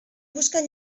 busquen